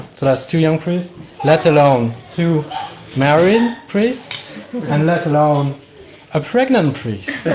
so that's two young priests let alone two married priests and let alone a pregnant priest.